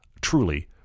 truly